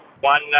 one